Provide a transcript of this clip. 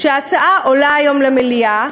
שההצעה עולה היום למליאה,